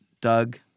Doug